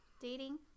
dating